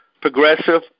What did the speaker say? Progressive